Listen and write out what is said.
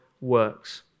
works